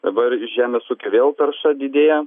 dabar iš žemės ūkio vėl tarša didėja